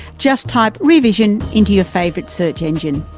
just type rear vision into your favourite search engine.